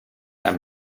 and